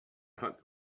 hunt